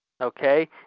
Okay